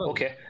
Okay